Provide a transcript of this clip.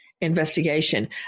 investigation